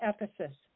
Ephesus